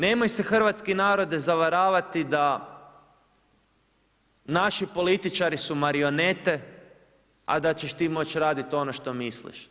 Nemoj se hrvatski narode, zavaravati da naši političari su marionete a da ćeš ti moći raditi ono što misliš.